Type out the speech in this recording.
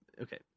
Okay